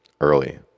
early